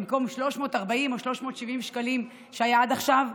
במקום 340 או 370 שקלים שהיו עד עכשיו,